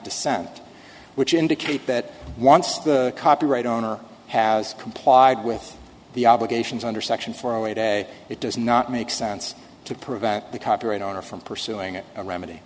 dissent which indicate that once the copyright owner has complied with the obligations under section four a day it does not make sense to provide the copyright owner from pursuing a remedy